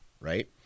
right